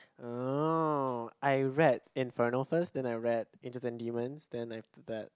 oh I read Inferno first then I read Angels and Demons then after that